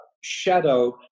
Shadow